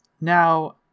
Now